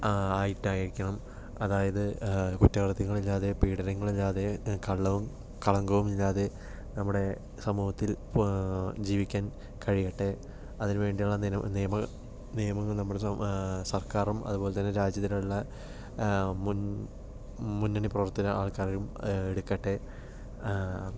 ആയിട്ടായിരിക്കണം അതായത് കുറ്റകൃത്യങ്ങൾ ഇല്ലാതെ പീഡനങ്ങൾ ഇല്ലാതെ കള്ളവും കളങ്കവും ഇല്ലാതെ നമ്മുടെ സമൂഹത്തിൽ ജീവിക്കാൻ കഴിയട്ടെ അതിനുവേണ്ടിയുള്ള നിയമം നിയമങ്ങൾ നമ്മുടെ സർക്കാരും അതുപോലെതന്നെ രാജ്യത്തിനുള്ള മുന്ന മുന്നണി പ്രവർത്തകർ ആൾക്കാരും എടുക്കട്ടെ